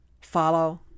follow